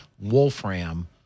Wolfram